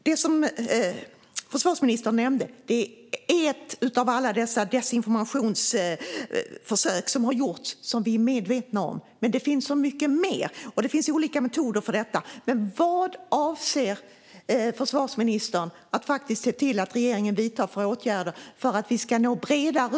Fru talman! Det försvarsministern nämnde är ett av alla dessa desinformationsförsök som har gjorts som vi är medvetna om. Men det finns mycket mer, och det finns olika metoder för detta. Vilka åtgärder avser försvarsministern att se till att regeringen vidtar för att vi ska nå ut bredare?